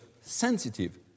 sensitive